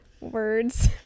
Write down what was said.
Words